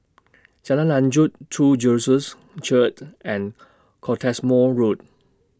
Jalan Lanjut True Jesus Church and Cottesmore Road